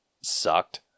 sucked